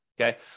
okay